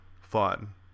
fun